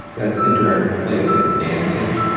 that's interact with play that's dancing,